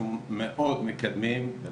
אנחנו מאוד מקדמים את